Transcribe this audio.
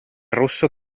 rosso